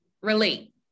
relate